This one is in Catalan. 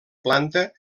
planta